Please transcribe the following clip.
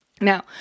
Now